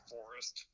Forest